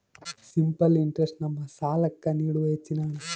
simple interest ನಮ್ಮ ಸಾಲ್ಲಾಕ್ಕ ನೀಡುವ ಹೆಚ್ಚಿನ ಹಣ್ಣ